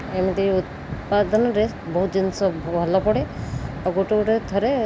ଏମିତି ଉତ୍ପାଦନରେ ବହୁତ ଜିନିଷ ଭଲ ପଡ଼େ ଆଉ ଗୋଟେ ଗୋଟେ ଥରେ